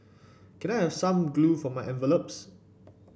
can I have some glue for my envelopes